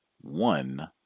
one